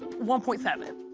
one point seven.